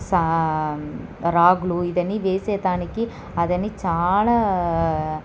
సా రాగులు ఇవన్నీ వేయడానికి అదని చాలా